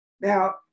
Now